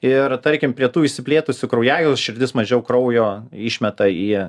ir tarkim prie tų išsiplėtusių kraujagyslių širdis mažiau kraujo išmeta į